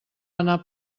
anar